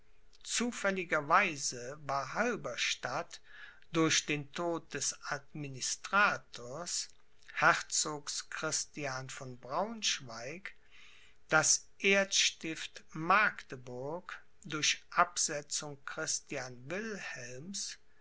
überschwemmt zufälligerweise war halberstadt durch den tod des administrators herzogs christian von braunschweig das erzstift magdeburg durch absetzung christian wilhelms